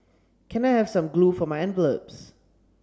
can I have some glue for my envelopes